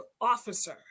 officer